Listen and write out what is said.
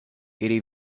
ili